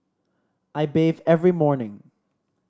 I bathe every morning